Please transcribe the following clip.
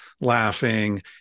laughing